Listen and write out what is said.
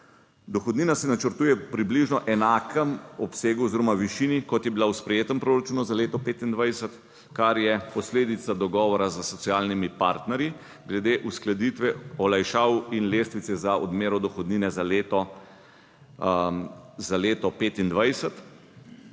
Dohodnina se načrtuje v približno enakem obsegu oziroma višini kot je bila v sprejetem proračunu za leto 2025, kar je posledica dogovora s socialnimi partnerji glede uskladitve olajšav in lestvice za odmero dohodnine za leto 2025,